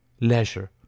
leisure